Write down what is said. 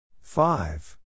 Five